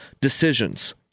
decisions